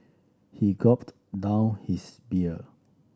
he gulped down his beer